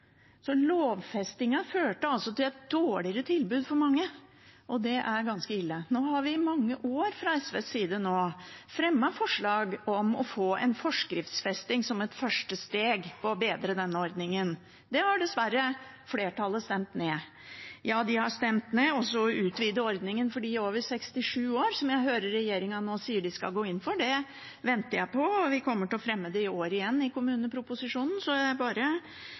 førte altså til et dårligere tilbud for mange, og det er ganske ille. Nå har vi i mange år fra SVs side fremmet forslag om å få en forskriftsfesting som et første steg for å bedre denne ordningen. Det har dessverre flertallet stemt ned. Ja, de har også stemt ned å utvide ordningen for dem over 67 år – som jeg hører at regjeringen nå sier de skal gå inn for, og det venter jeg på. Vi kommer til å fremme det i år igjen i forbindelse med kommuneproposisjonen.